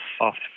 off